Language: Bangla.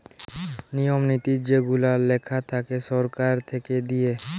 নিয়ম নীতি যেগুলা লেখা থাকে সরকার থেকে দিয়ে